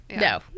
No